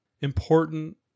Important